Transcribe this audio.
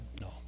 no